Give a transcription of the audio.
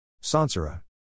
Sansara